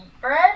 bread